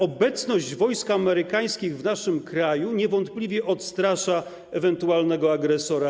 Obecność wojsk amerykańskich w naszym kraju niewątpliwie odstrasza ewentualnego agresora.